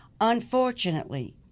Unfortunately